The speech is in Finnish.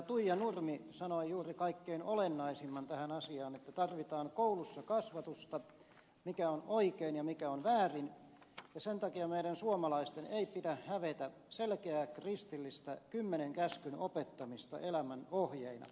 tuija nurmi sanoi juuri kaikkein olennaisimman tähän asiaan että tarvitaan koulussa kasvatusta mikä on oikein ja mikä on väärin ja sen takia meidän suomalaisten ei pidä hävetä selkeää kristillistä kymmenen käskyn opettamista elämänohjeina